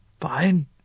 fine